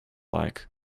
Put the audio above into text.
like